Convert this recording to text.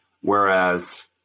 whereas